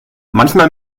manchmal